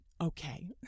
Okay